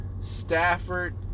Stafford